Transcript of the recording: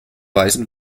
weißen